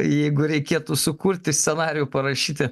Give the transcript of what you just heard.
jeigu reikėtų sukurti scenarijų parašyti